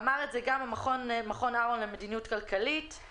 אמר את זה גם מכון ארון למדיניות כלכלית, את